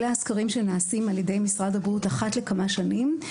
אלה הסקרים שנעשים על ידי משרד הבריאות אחת לכמה שנים.